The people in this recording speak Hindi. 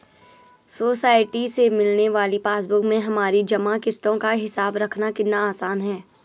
सोसाइटी से मिलने वाली पासबुक में हमारी जमा किश्तों का हिसाब रखना कितना आसान है